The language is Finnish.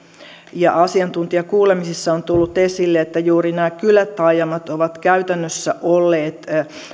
ja asiantuntijakuulemisissa on tullut esille että juuri nämä kylätaajamat ovat käytännössä olleet